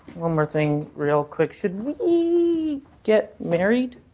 one more thing real quick should we get married